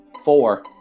Four